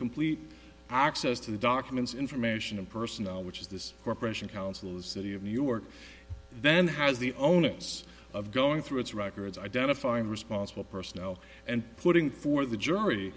complete access to the documents information and personnel which is this corporation counsel the city of new york then has the onus of going through its records identifying responsible personnel and putting for the jury